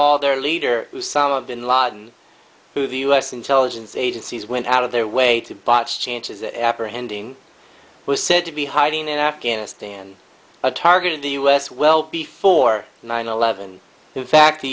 all their leader to some of bin laden who of u s intelligence agencies went out of their way to botch chances that apprehending was said to be hiding in afghanistan a target in the u s well before nine eleven in fact t